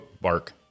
bark